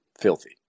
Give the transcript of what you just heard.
filthy